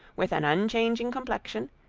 with an unchanging complexion,